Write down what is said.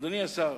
אדוני השר,